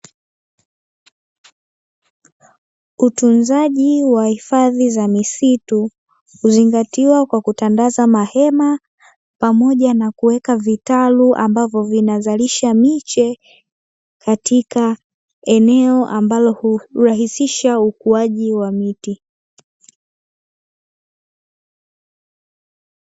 Utunzaji wa hifadhi za misitu, uzingatiwa kwa kutandaza mahema pamoja na kuweka vitalu, ambavyo vina zalisha miche, katika eneo ambalo hulaisisha ukuaji wa miti.